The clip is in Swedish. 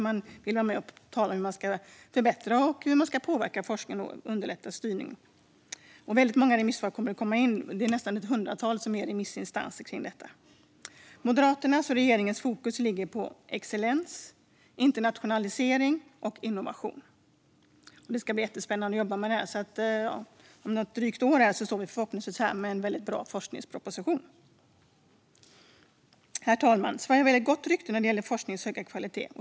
De vill vara med och tala om hur man ska förbättra och påverka forskningen och underlätta styrningen. Väldigt många remissvar kommer att komma in. Det är nästan ett hundratal remissinstanser. Moderaternas och regeringens fokus ligger på excellens, internationalisering och innovation. Det ska bli jättespännande att jobba med det. Om ett drygt år står vi förhoppningsvis här med en väldigt bra forskningsproposition. Herr talman! Sverige har ett väldigt gott rykte när det gäller forskningens höga kvalitet.